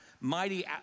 mighty